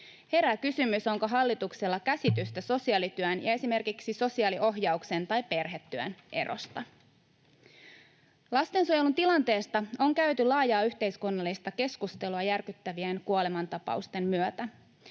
Herää kysymys: onko hallituksella käsitystä sosiaalityön ja esimerkiksi sosiaaliohjauksen tai perhetyön erosta? Lastensuojelun tilanteesta on käyty laajaa yhteiskunnallista keskustelua järkyttävien kuolemantapausten myötä,